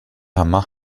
hemma